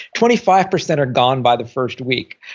twenty five percent are gone by the first week.